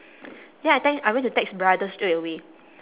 then I then I went to text brother straight away